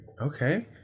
okay